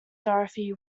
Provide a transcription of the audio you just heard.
dorothy